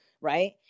right